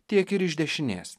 tiek ir iš dešinės